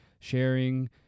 sharing